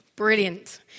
brilliant